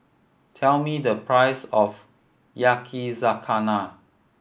tell me the price of Yakizakana